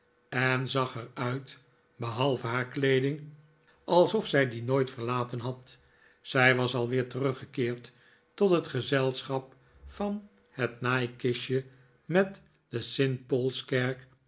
en zag er uit behalve haar kleeding alsof zij die nooit verlaten had zij was alweer teruggekeerd tot het gezelschap van het naaikistje met de st